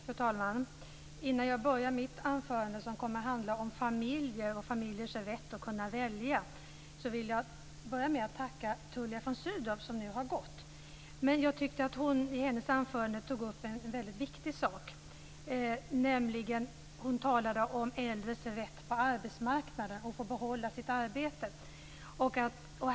Fru talman! Innan jag börjar att tala om familjer och familjers rätt att välja vill jag tacka Tullia von Sydow, som nu har gått härifrån. Hon tog i sitt anförande upp en viktig sak, nämligen äldres rätt på arbetsmarknaden och vikten av att få behålla sitt arbete.